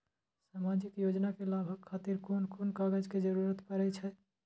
सामाजिक योजना के लाभक खातिर कोन कोन कागज के जरुरत परै छै?